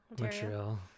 montreal